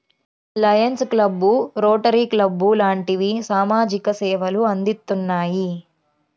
Lions club, Rotary club లాంటివి సామాజిక సేవలు అందిత్తున్నాయి